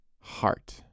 heart